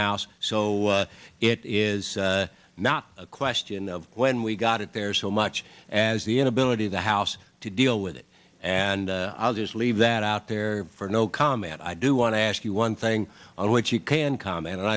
house so it is not a question of when we got it there so much as the inability of the house to deal with it and i'll just leave that out there for no comment i do want to ask you one thing on which you can comment and